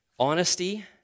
honesty